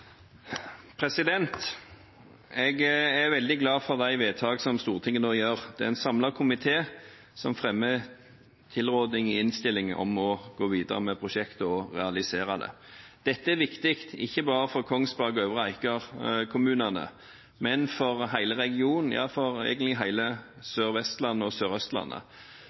en samlet komité som fremmer tilrådingen i innstillingen om å gå videre med prosjektet og realisere det. Dette er viktig, ikke bare for kommunene Kongsberg og Øvre Eiker, men for hele regionen, ja, egentlig for hele Sør-Vestlandet og